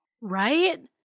Right